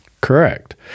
Correct